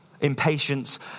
impatience